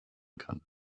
kann